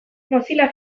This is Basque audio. mozilla